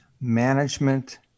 management